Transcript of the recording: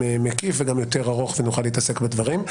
נדון בצורה מקיפה ונוכל להתעסק בדברים.